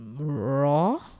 raw